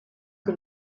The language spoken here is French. que